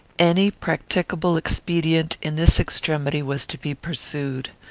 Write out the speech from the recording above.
any practicable expedient in this extremity was to be pursued.